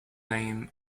name